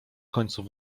końców